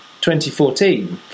2014